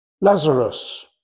Lazarus